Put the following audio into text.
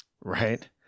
Right